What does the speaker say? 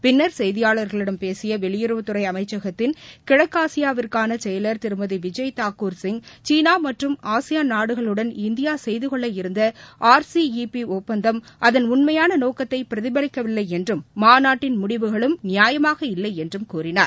பின்னர் செய்தியாளர்களிடம் பேசிய வெளியுறவுத்துறை அமைச்சகத்தின் கிழக்காசியாவிற்கான செயலாளர் திருமதி விஜய் தாக்கூர் சிங் சீனா மற்றும் ஆசியான் நாடுகளுடன் இந்தியா செய்துகொள்ள இருந்த ஆர் சி இ பி ஒப்பந்தம் அதன் உண்மையான நோக்கத்தை பிரதிபலிக்கவில்லை என்றும் மாநாட்டின் முடிவுகளும் நியாயமாக இல்லை என்றும் கூறினார்